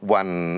one